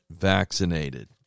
vaccinated